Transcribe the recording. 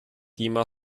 klima